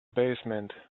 basement